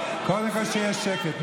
קודם כול שיהיה שקט.